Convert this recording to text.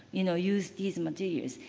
you know, use these materials.